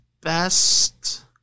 best